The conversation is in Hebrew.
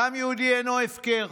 "דם יהודי אינו הפקר.